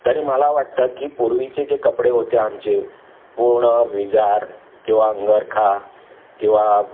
तरी मला वाटतं की पूर्वीचे जे कपडे होते आमचे पूर्ण विजार किंवा अंगरखा किंवा